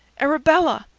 arabella!